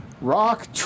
Rock